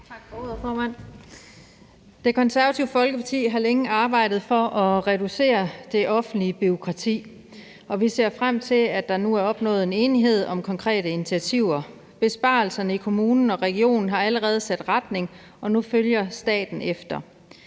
Det Konservative Folkeparti har længe arbejdet for at reducere det offentlige bureaukrati. Vi har set frem til, at der nu er opnået en enighed om konkrete initiativer. Besparelserne i kommunerne og regionerne har allerede sat retningen, og nu følger staten efter.